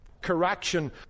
Correction